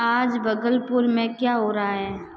आँज बगलपुर में क्या हो रहा है